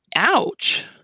Ouch